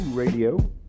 radio